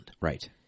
Right